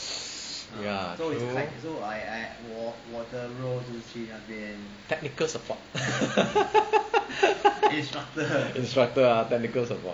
true technical support instructor ah technical support